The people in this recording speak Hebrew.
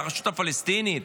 לרשות הפלסטינית,